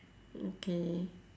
okay